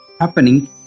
happening